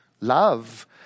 love